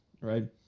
Right